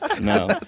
No